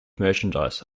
merchandise